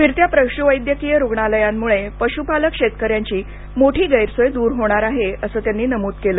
फिरत्या पशुवैद्यकीय रुग्णालयांमूळे पशुपालक शेतकऱ्यांची मोठी गैरसोय दूर होणार आहे असं त्यांनी नमुद केलं